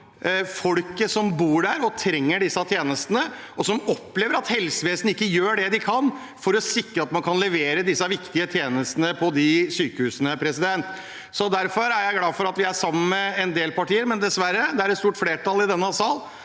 folket som bor der, som trenger disse tjenestene, og som opplever at helsevesenet ikke gjør det de kan for å sikre at man kan levere disse viktige tjenestene på de sykehusene. Derfor er jeg glad for at vi er sammen med en del partier, men dessverre er det et stort flertall i denne sal